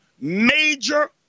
major